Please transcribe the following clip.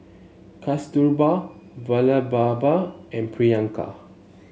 Kasturba Vallabhbhai and Priyanka